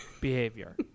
behavior